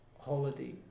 holiday